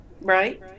right